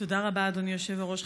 תודה רבה, אדוני היושב-ראש.